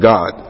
God